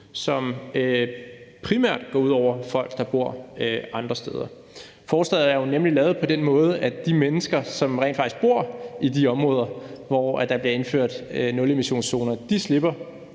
som primært går ud over folk, der bor andre steder. Forslaget er jo nemlig lavet på den måde, at de mennesker, som rent faktisk bor i de områder, hvor der bliver indført nulemissionszoner, slipper;